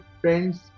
friends